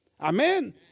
Amen